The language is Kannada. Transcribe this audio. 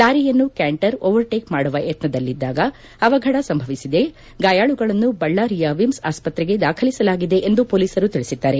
ಲಾರಿಯನ್ನು ಕ್ಯಾಂಟರ್ ಓವರ್ ಟೇಕ್ ಮಾಡುವ ಯತ್ನದಲ್ಲಿದ್ದಾಗ ಅವಘಡ ಸಂಭವಿಸಿದೆ ಗಾಯಾಳುಗಳನ್ನು ಬಳ್ಳಾರಿಯ ವಿಮ್ಸ್ ಆಸ್ಪತ್ರೆಗೆ ದಾಖಲಿಸಲಾಗಿದೆ ಎಂದು ಪೊಲೀಸರು ತಿಳಿಸಿದ್ದಾರೆ